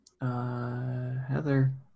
Heather